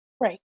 Right